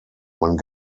man